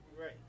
Right